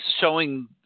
showing